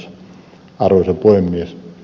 arvoisa puhemies